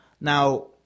Now